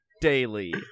daily